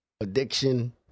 addiction